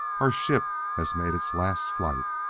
our ship has made its last flight.